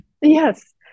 Yes